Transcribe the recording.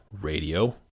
radio